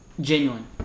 genuine